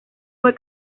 fue